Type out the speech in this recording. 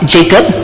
Jacob